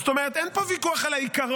זאת אומרת אין פה ויכוח על העיקרון,